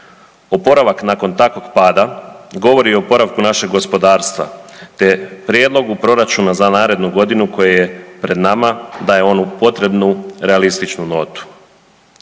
Oporavak nakon takvog pada govori o oporavku našeg gospodarstva te prijedlogu proračuna za narednu godinu koji je pred nama daje onu potrebnu realističnu notu.